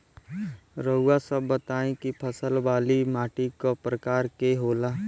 रउआ सब बताई कि फसल वाली माटी क प्रकार के होला?